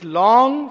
long